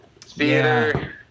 theater